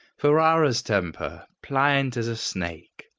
ferrara's temper, pliant as a snake,